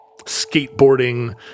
skateboarding